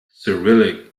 cyrillic